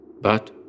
But